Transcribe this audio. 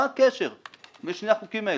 מה הקשר בין שני החוקים האלה?